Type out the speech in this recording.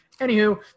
anywho